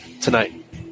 tonight